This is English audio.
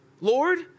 Lord